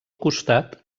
costat